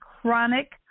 chronic